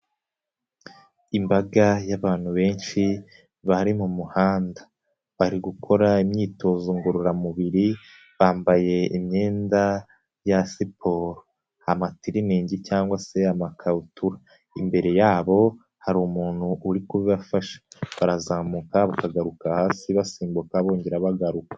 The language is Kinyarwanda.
lmbaga y'abantu benshi bari mu muhanda, bari gukora imyitozo ngororamubiri bambaye imyenda ya siporo, amatiringi cyangwa se amakabutura ,imbere yabo hari umuntu uri kubibafasha, barazamuka bakagaruka hasi ,basimbuka bongera bagaruka.